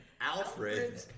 Alfred